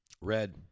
Red